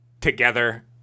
together